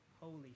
holy